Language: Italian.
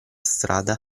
strada